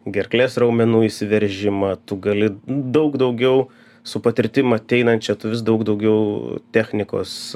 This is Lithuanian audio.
gerklės raumenų įsiveržimą tu gali daug daugiau su patirtim ateinančia tu vis daug daugiau technikos